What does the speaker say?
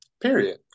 Period